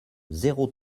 zéro